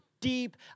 deep